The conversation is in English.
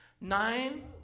Nine